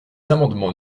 amendements